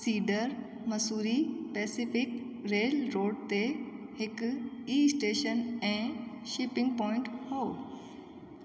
cedar Missouri Pacific railroad ते हिकु ई स्टेशन ऐं शिपिंग पॉइंट हो